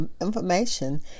information